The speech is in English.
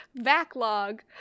Backlog